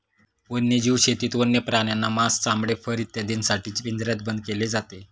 वन्यजीव शेतीत वन्य प्राण्यांना मांस, चामडे, फर इत्यादींसाठी पिंजऱ्यात बंद केले जाते